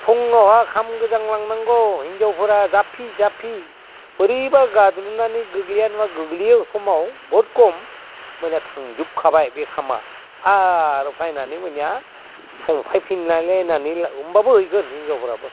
फुंआवहा ओंखाम गोजां लांनांगौ हिनजावफोरा जाफि जाफि बोरैबा गाद्लिनना नङा गादलिननानै समाव बहुद खम होमबा थांजोबखाबाय बे ओंखामा आरो फैनानै होम्बानिया संफैफिननानै आरिनानै होम्बाबो हैगोन हिनजावफोराबो